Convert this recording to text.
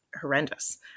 horrendous